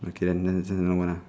okay then then this [one] never mind lah